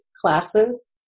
classes